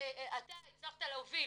אתה הצלחת להוביל